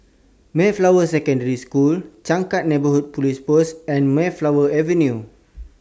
Mayflower Secondary School Changkat Neighbourhood Police Post and Mayflower Avenue